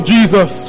Jesus